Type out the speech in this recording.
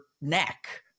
neck